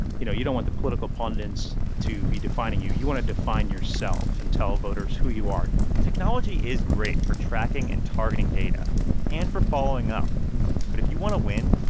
you know, you don't want the political pundits to be defining you. you want to define yourself and tell voters who you are technology is great for tracking and targeting data and for following up but if you want to win,